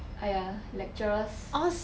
!aiya! lecturers